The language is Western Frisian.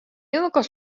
yninoar